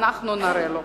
אנחנו נראה לו.